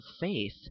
faith